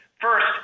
First